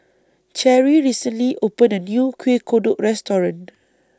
Cherrie recently opened A New Kueh Kodok Restaurant